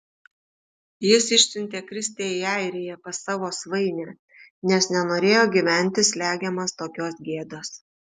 jis išsiuntė kristę į airiją pas savo svainę nes nenorėjo gyventi slegiamas tokios gėdos